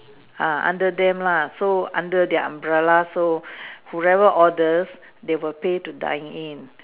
ah under them lah so under the umbrella so whoever orders they will pay to dine in